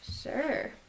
Sure